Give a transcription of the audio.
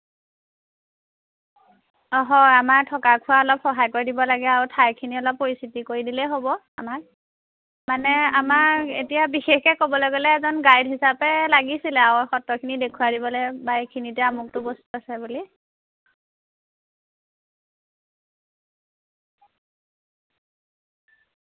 অঁ হয় আমাৰ থকা খোৱা অলপ সহায় কৰি দিব লাগে আৰু ঠাইখিনি অলপ পৰিচিত কৰি দিলে হ'ব আমাক মানে আমাক এতিয়া বিশেষকৈ ক'বলৈ গ'লে এজন গাইড হিচাপে লাগিছিলে আৰু সত্ৰখিনি ধেখুৱাই দিবলৈ বা এইখিনিতে আমুকটো বস্তু আছে বুলি